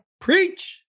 Preach